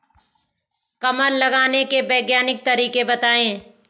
कमल लगाने के वैज्ञानिक तरीके बताएं?